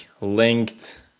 linked